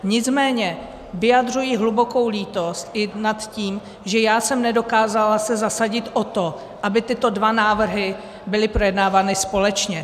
Nicméně vyjadřuji hlubokou lítost i nad tím, že já jsem se nedokázala zasadit o to, aby tyto dva návrhy byly projednávány společně.